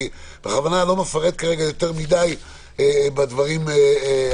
אני בכוונה לא מפרט כרגע יותר מדי בדברים האלה,